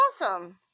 awesome